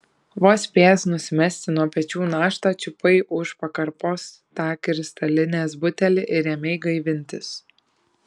vos spėjęs nusimesti nuo pečių naštą čiupai už pakarpos tą kristalinės butelį ir ėmei gaivintis